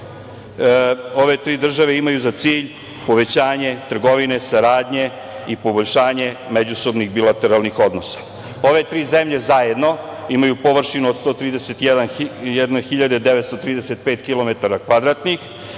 ove tri države imaju za cilj povećanje trgovine, saradnje i poboljšanje međusobnih bilateralnih odnosa. Ove tri zemlje zajedno imaju površinu od 131.935.